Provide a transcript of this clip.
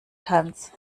tanz